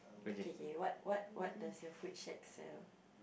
okay okay what what what does your food shack sell